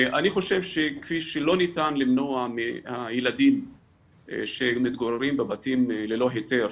אני חושב שכפי שלא ניתן למנוע מהילדים שמתגוררים בבתים ללא היתר